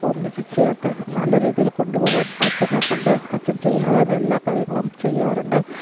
ഒന്നിച്ചു ചേർത്ത് നല്ല രീതിയിൽ കൊണ്ടുപോകാൻ അച്ചനെക്കൊണ്ട് അച്ചൻ ചെയ്യാനാകുന്ന എല്ലാ കാര്യങ്ങളും ചെയ്യാറുണ്ട്